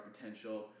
potential